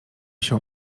się